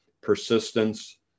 persistence